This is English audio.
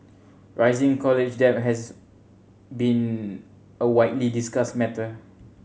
rising college debt has been a widely discussed matter